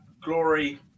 glory